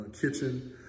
kitchen